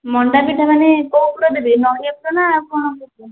ମଣ୍ଡାପିଠା ମାନେ କେଉଁ ପୁର ଦେବି ନଡ଼ିଆ ପୁର ନା ଆଉ କ'ଣ ଦେବି